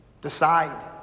decide